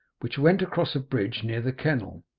which went across a bridge near the kennel.